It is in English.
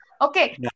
Okay